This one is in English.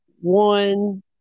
one